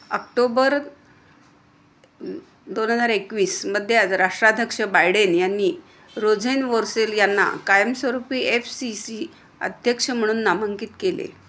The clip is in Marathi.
आक्टोबर दोन हजार एकवीसमध्ये राष्ट्राधक्ष बायडेन यांनी रोझेनवर्सेल यांना कायमस्वरूपी एफ सी सी अध्यक्ष म्हणून नामांकित केले